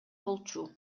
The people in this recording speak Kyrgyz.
болчу